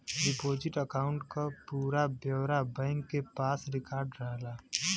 deposit account क पूरा ब्यौरा बैंक के पास रिकार्ड रहला